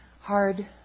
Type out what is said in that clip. hard